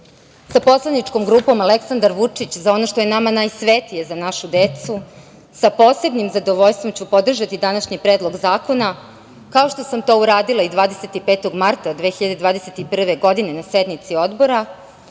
sa poslaničkom grupom Aleksandar Vučić, za ono što je nama najsvetije, - Za našu decu, sa posebnim zadovoljstvom ću podržati današnji Predlog zakona, kao što sam to uradila i 25. marta 2021. godine na sednici Odbora,